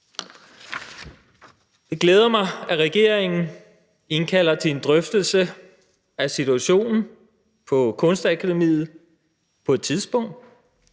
Det glæder mig, at regeringen indkalder til en drøftelse af situationen på Kunstakademiet på et tidspunkt,